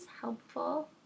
helpful